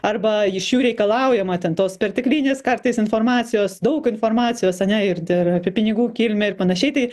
arba iš jų reikalaujama ten tos perteklinės kartais informacijos daug informacijos ane ir dar apie pinigų kilmę ir panašiai tai